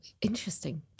Interesting